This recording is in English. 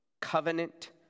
covenant